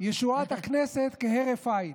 ישועת הכנסת כהרף עין.